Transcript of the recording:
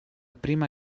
prima